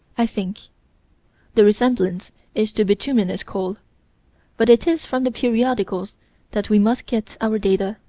i think the resemblance is to bituminous coal but it is from the periodicals that we must get our data.